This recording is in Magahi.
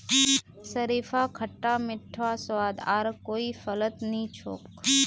शरीफार खट्टा मीठा स्वाद आर कोई फलत नी छोक